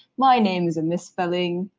my name is a misspelling,